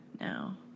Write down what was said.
now